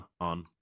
on